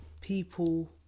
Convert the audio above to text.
people